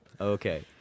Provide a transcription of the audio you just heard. okay